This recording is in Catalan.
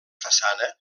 façana